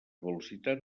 velocitat